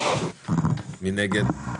מי נגד?